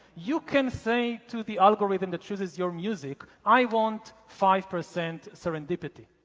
you can say to the algorithm that chooses your music, i want five percent serendipity.